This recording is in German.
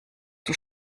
die